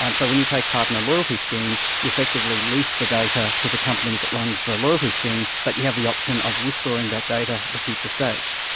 um so when you take part in a loyalty scheme you effectively lease the data to the company that runs the loyalty scheme but you have the option of withdrawing that data at a future stage.